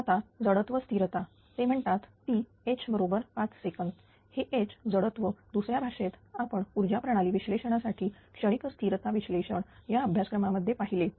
आता जडत्व स्थिरता ते म्हणतात ती H बरोबर 5 सेकंद हे H जडत्व दुसऱ्या भाषेत आपण ऊर्जा प्रणाली विश्लेषणासाठी क्षणिक स्थिरता विश्लेषण या अभ्यासक्रमामध्ये पाहिले